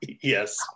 Yes